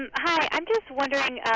hi, i'm just wondering